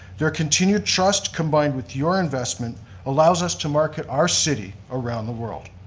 their continued trust combined with your investment allows us to market our city around the world.